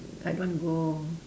I don't want to go